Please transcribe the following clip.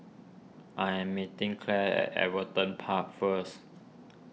I am meeting Clair at Everton Park first